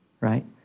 Right